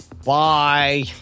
Bye